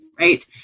right